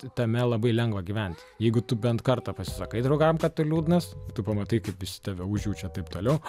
tame labai lengva gyventi jeigu tu bent kartą pasisakai draugam kad tu liūdnas tu pamatai kaip visi tave užjaučia taip toliau